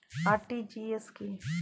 RTGS কি?